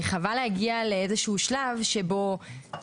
חבל להגיע לאיזה שהוא שלב מתקדם,